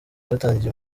twatangiye